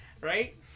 right